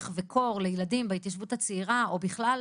וקור לילדים בהתיישבות הצעירה או בכלל,